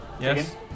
Yes